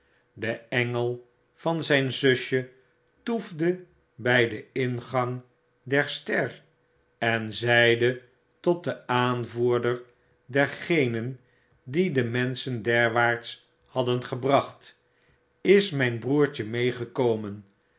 de engel van zyn zusje toefde by den ingang der ster en zeide tot den aanvoerder dergenen die de menschen derwaarts hadden gebracht js mijn broertje meegekomen